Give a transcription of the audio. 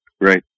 Right